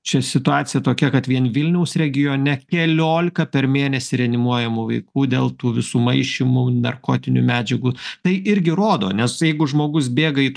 čia situacija tokia kad vien vilniaus regione keliolika per mėnesį reanimuojamų vaikų dėl tų visų maišymų narkotinių medžiagų tai irgi rodo nes jeigu žmogus bėga į